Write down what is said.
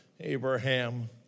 Abraham